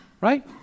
right